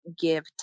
give